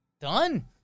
Done